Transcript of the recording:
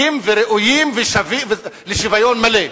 זקוקים וראויים לשוויון מלא.